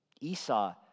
Esau